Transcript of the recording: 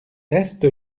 reste